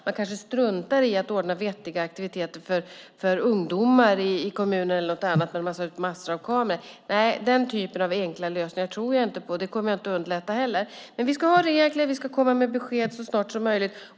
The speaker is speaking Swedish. Man kanske struntar i att ordna vettiga aktiviteter för ungdomar i kommuner eller annat när man har satt upp massor av kameror. Den typen av enkla lösningar tror jag inte på, och vi kommer inte heller att underlätta för dem. Vi ska ha regler, och vi ska komma med besked så snart som möjligt.